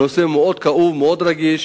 הנושא מאוד כאוב, מאוד רגיש.